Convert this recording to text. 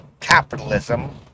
capitalism